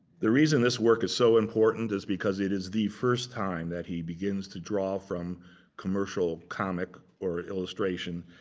the reason this work is so important, is because it is the first time that he begins to draw from commercial comic or illustration.